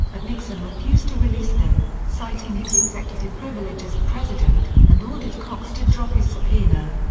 but nixon refused to release them, citing his executive privilege as president, and ordered cox to drop his subpoena.